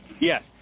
Yes